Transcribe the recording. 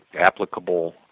applicable